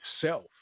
self